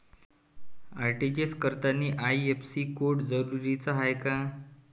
RTGS करतांनी IFSC code जरुरीचा हाय का?